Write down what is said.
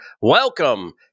welcome